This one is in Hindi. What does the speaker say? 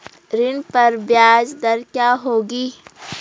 ऋण पर ब्याज दर क्या होगी?